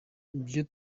ibyo